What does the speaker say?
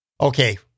Okay